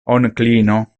onklino